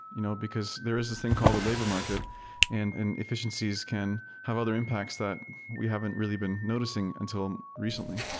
you know because there is thing called a labor market and and efficiencies can have other impacts that we haven't really been noticing until recently.